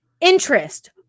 interest